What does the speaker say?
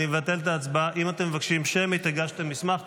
אם אתם מבקשים שמית, הגשתם מסמך.